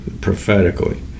prophetically